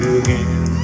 again